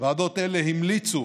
ועדות אלה המליצו